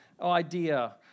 idea